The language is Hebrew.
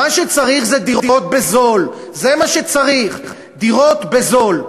מה שצריך זה דירות בזול, זה מה שצריך, דירות בזול.